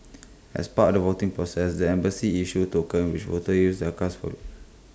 as part of the voting process the embassy issues tokens which voters use A cast votes